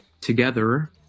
together